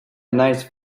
nice